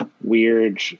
weird